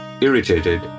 Irritated